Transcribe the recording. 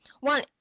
One